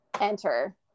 Enter